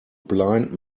blind